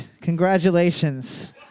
Congratulations